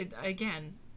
again